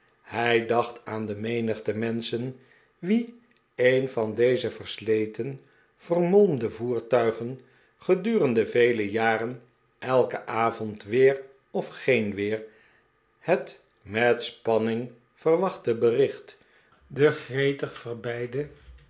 hij dacht aan de menigte menschen wien een van deze versleten vermolmde voertuigen gedurende vele jaren elken avond weer of geen weer het met spanning verwachte bericht den gretig